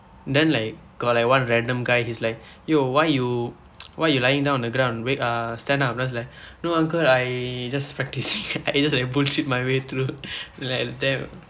then like got like one random guy he's like you why you why you lying down on the ground wait ah stand up just like no uncle I just practicing I just like bullshit my way through like damn